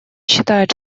считает